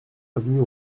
avenue